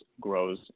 grows